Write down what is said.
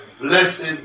Blessed